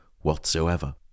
whatsoever